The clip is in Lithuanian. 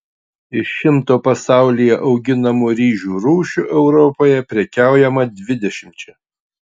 iš šimto pasaulyje auginamų ryžių rūšių europoje prekiaujama dvidešimčia